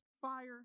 fire